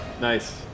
Nice